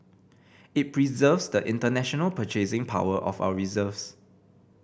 it preserves the international purchasing power of our reserves